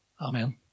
Amen